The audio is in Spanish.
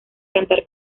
cantar